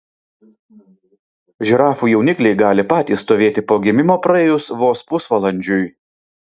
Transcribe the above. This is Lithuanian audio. žirafų jaunikliai gali patys stovėti po gimimo praėjus vos pusvalandžiui